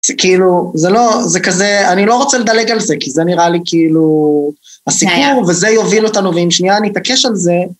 זה כאילו, זה לא, זה כזה, אני לא רוצה לדלג על זה, כי זה נראה לי כאילו, הסיפור, וזה יוביל אותנו, ואם שנייה אני אתעקש על זה...